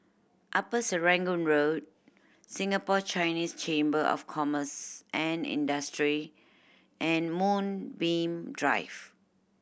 Upper Serangoon Road Singapore Chinese Chamber of Commerce and Industry and Moonbeam Drive